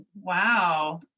Wow